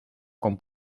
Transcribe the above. con